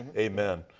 amen.